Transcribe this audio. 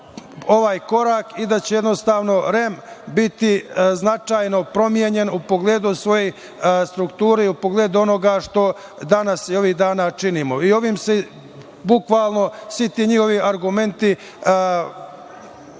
ovaj korak i da će jednostavno REM biti značajno promenjen u pogledu svoje strukture i pogledu onoga što danas i ovih dana činimo. Ovim se bukvalno svi ti njihovi argumenti